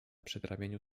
przedramieniu